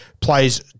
plays